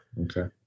Okay